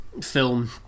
film